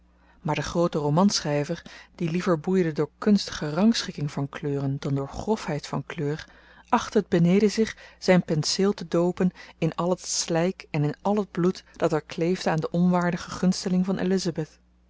maar de groote romanschryver die liever boeide door kunstige rangschikking van kleuren dan door grofheid van kleur achtte het beneden zich zyn penseel te doopen in al het slyk en in al het bloed dat er kleefde aan den onwaardigen gunsteling van elizabeth